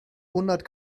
hundert